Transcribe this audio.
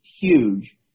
huge